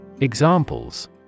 Examples